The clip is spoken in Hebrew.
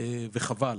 וחבל.